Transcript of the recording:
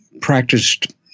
practiced